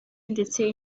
ndetse